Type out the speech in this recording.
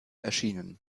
erschienen